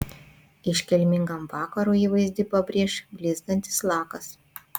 iškilmingam vakarui įvaizdį pabrėš blizgantis lakas